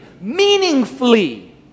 meaningfully